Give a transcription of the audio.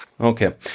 Okay